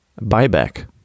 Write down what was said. Buyback